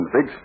Big